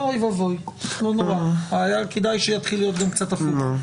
היה כדאי שיתחיל להיות גם קצת הפוך.